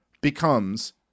becomes